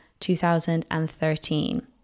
2013